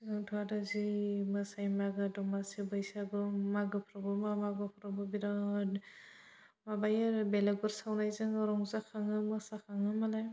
जोंथ' आरो जि मोसायो मागो दमासि बैसागु मागोफ्रावबो मा माबाफ्रावबो बिराथनो माबायो आरो बेलागुर सावनायजों रंजाखाङो मोसाखाङो मालाय